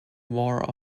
war